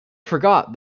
forgot